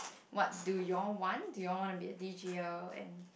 what do you all want do you want to be a D_Jer and